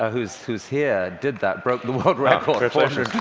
ah who's who's here, did that, broke congratulations.